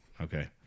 Okay